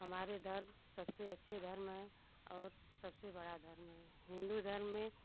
हमारे धर्म सबसे अच्छे धर्म है और सबसे बड़ा धर्म है हिंदू धर्म में